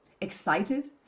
excited